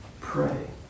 pray